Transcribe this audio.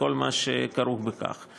וכל מה שכרוך בכך.